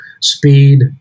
speed